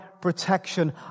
protection